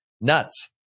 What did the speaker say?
nuts